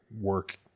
work